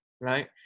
right